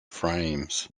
frames